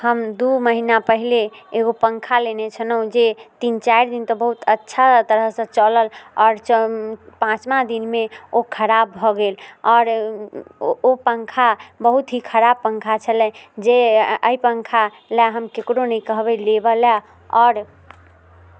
हम दू महीना पहिले एगो पङ्खा लेने छलहुँ जे तीन चारि दिन तऽ बहुत अच्छा तरहसँ चलल आओर चौ पाँचमा दिनमे ओ खराब भऽ गेल आओर ओ पङ्खा बहुत ही खराब पङ्खा छलै जे अइ पङ्खा लै हम केकरो नहि कहबै लेबे लऽ आओर